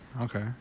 Okay